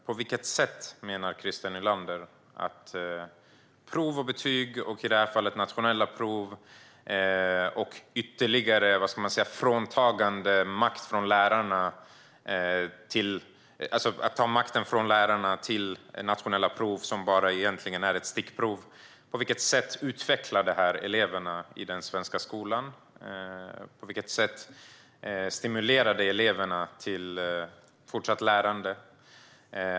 På vilket sätt menar Christer Nylander att prov och betyg, i det här fallet nationella prov, och ytterligare fråntagande av makt från lärarna till nationella prov, som egentligen bara är ett stickprov, utvecklar eleverna i den svenska skolan? På vilket sätt stimulerar det eleverna till fortsatt lärande?